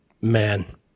Man